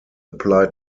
apply